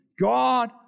God